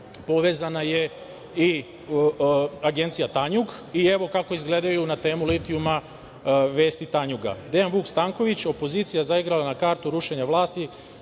povezana je i Agencija „Tanjug“ i evo kako izgledaju na temu litijuma vesti „Tanjuga“ – Dejan Vuk Stanković – opozicija zaigrala na kartu vršenja vlasti